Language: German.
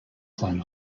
seinen